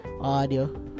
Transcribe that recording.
audio